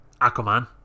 aquaman